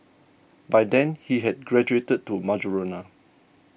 by then he had graduated to marijuana